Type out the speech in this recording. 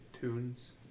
tunes